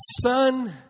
son